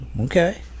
okay